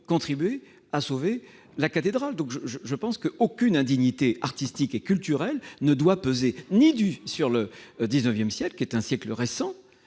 contribué à sauver la cathédrale que Hugo. Je pense qu'aucune indignité artistique et culturelle ne doit peser ni sur le XIX siècle- qui est un siècle récent